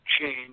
change